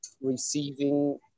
receiving